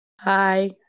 Hi